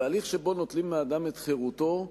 ובהליך שבו נוטלים מאדם את חירותו,